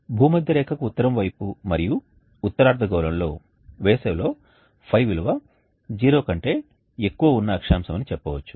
భూమధ్యరేఖకు ఉత్తరం వైపు మరియు ఉత్తర అర్ధగోళంలో వేసవిలో ϕ విలువ 0 కంటే ఎక్కువ ఉన్న అక్షాంశం అని చెప్పవచ్చు